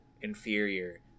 inferior